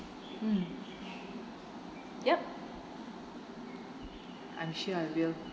mm yup I'm sure I will